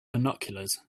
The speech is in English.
binoculars